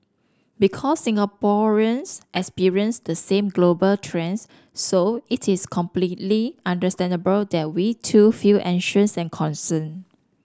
because Singaporeans experience the same global trends so it is completely understandable that we too feel anxious and concerned